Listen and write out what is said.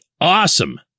awesome